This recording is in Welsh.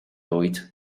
oed